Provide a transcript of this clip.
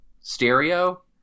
stereo